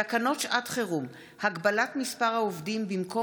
תקנות שעת חירום (הגבלת מספר העובדים במקום